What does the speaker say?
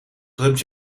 drumt